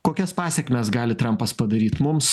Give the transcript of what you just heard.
kokias pasekmes gali trampas padaryt mums